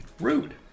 Rude